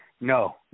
no